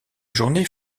journée